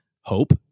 hope